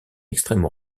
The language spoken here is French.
extrême